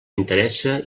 interessa